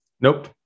Nope